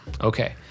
Okay